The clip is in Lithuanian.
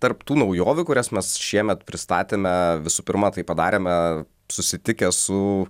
tarp tų naujovių kurias mes šiemet pristatėme visų pirma tai padarėme susitikę su